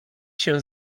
się